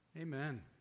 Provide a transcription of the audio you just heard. Amen